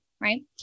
right